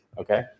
okay